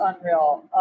unreal